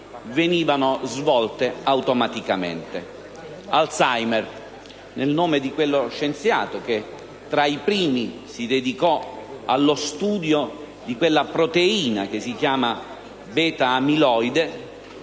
venivano svolte automaticamente. Fu chiamata Alzheimer dal nome dello scienziato che tra i primi si dedicò allo studio della proteina, che si chiama beta-amiloide,